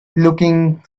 looking